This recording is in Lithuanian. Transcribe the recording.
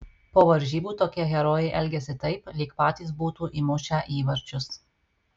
po varžybų tokie herojai elgiasi taip lyg patys būtų įmušę įvarčius